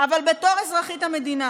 אבל בתור אזרחית המדינה